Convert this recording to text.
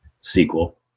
sequel